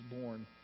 born